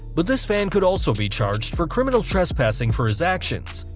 but this fan could also be charged for criminal trespassing for his actions,